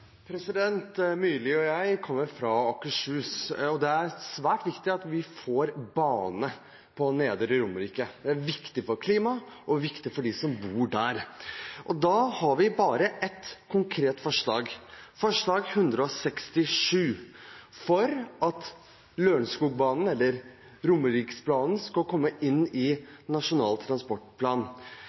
svært viktig at vi får bane på Nedre Romerike – det er viktig for klimaet og viktig for dem som bor der. Da har vi et konkret forslag, forslag nr. 167, om at Lørenskogbanen, eller Romeriksbanen, skal komme inn i Nasjonal transportplan.